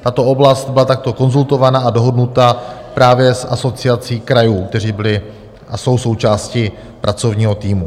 Tato oblast byla takto konzultována a dohodnuta právě s Asociací krajů, které byly a jsou součástí pracovního týmu.